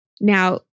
Now